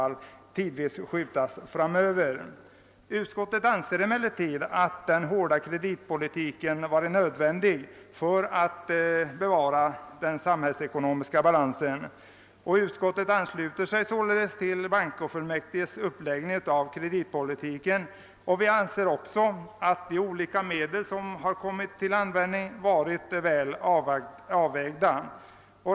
Utskottet anser emellertid att den hårda kreditpolitiken varit nödvändig för att bevara dåen samhällsekonomiska balansen. Utskottet ansluter sig således till bankofullmäktiges uppläggning av kreditpolitiken. Vi anser också att de olika medel som kommit till användning varit väl avvägda.